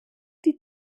die